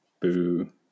Boo